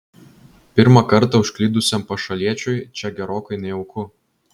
pirmą kartą užklydusiam pašaliečiui čia gerokai nejauku